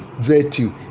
virtue